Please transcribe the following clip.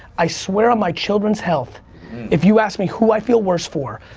i swear on my children's health if you ask me who i feel worse for,